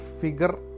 figure